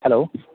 hello